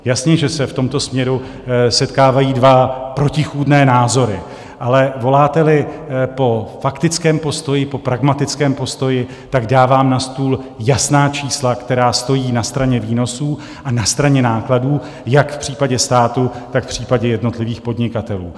Jasně že se v tomto směru setkávají dva protichůdné názory, ale voláteli po faktickém postoji, po pragmatickém postoji, tak dávám na stůl jasná čísla, která stojí na straně výnosů a na straně nákladů, jak v případě státu, tak v případě jednotlivých podnikatelů.